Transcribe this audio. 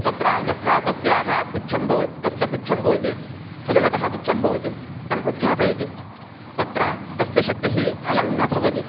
तत्र गत्वा तस्याः पुच्छं भवति तस्य पुच्छं भवति हनुमतः पुच्छं भवति तम् उत्थापयति तत्र तस्य शक्तिः अलं न भवति